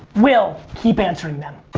we'll keep answering them.